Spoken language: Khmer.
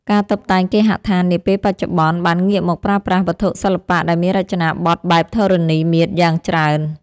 ការតុបតែងគេហដ្ឋាននាពេលបច្ចុប្បន្នបានងាកមកប្រើប្រាស់វត្ថុសិល្បៈដែលមានរចនាប័ទ្មបែបធរណីមាត្រយ៉ាងច្រើន។